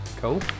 Cool